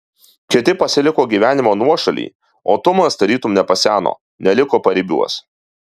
kiti pasiliko gyvenimo nuošaly o tumas tarytum nepaseno neliko paribiuos